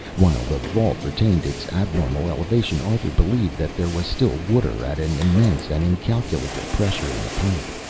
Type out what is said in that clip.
while the vault retained its abnormal elevation, arthur believed that there was still water at an immense and incalculable pressure in the pipe.